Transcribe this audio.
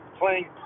playing